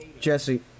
Jesse